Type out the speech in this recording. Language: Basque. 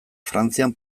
frantzian